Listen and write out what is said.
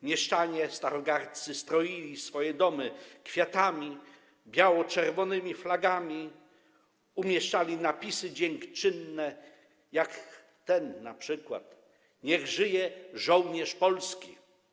Mieszczanie starogardzcy stroili swoje domy kwiatami, biało-czerwonymi flagami, umieszczali napisy dziękczynne, np. „Niech żyje żołnierz polski”